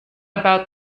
about